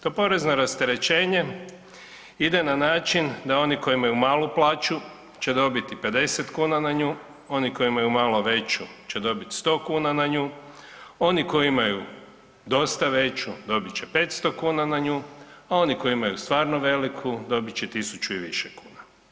To porezno rasterećenje ide na način da oni koji imaju malu plaću će dobiti 50 kuna na nju, oni koji imaju malo veću će dobit 100 kuna na nju, oni koji imaju dosta veću dobit će 500 kuna na nju, a oni koji imaju stvarno veliku dobit će 1000 i više kuna.